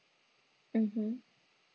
mmhmm